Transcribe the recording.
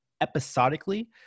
episodically